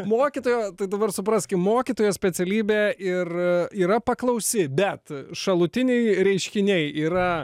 mokytojo tai dabar supraskim mokytojo specialybė ir yra paklausi bet šalutiniai reiškiniai yra